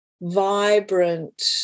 vibrant